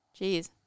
jeez